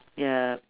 ya